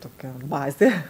tokia bazė